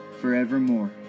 forevermore